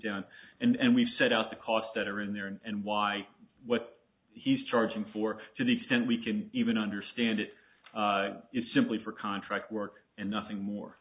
down and we set out the costs that are in there and why what he's charging for to the extent we can even understand it is simply for contract work and nothing more